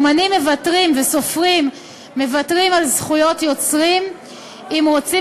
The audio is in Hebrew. אמנים וסופרים מוותרים על זכויות יוצרים אם רוצים